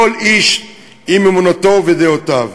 כל איש עם אמונתו ודעותיו.